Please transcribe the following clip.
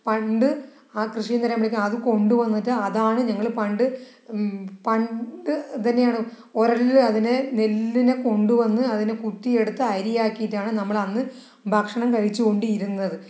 പണ്ട് ആ കൃഷി എന്ന് പറയുമ്പോഴേക്ക് അത് കൊണ്ടു വന്നിട്ട് അതാണ് ഞങ്ങള് പണ്ട് പണ്ട് ഇതുതന്നെയാണ് ഉരലില് അതിനെ നെല്ലിനെ കൊണ്ടുവന്ന് അതിനെ കുത്തിയെടുത്ത് അരിയാക്കിയിട്ടാണ് നമ്മൽ അന്ന് ഭക്ഷണം കഴിച്ചുകൊണ്ടിരുന്നത്